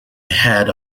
ahead